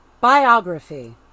Biography